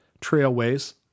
trailways